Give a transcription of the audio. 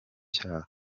cyaha